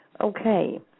Okay